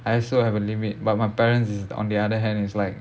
I also have a limit but my parents is on the other hand is like